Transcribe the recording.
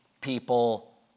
people